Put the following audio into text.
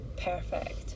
perfect